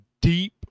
deep